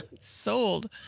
Sold